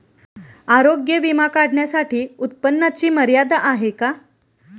आरोग्य विमा काढण्यासाठी उत्पन्नाची मर्यादा आहे का?